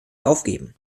aufgeben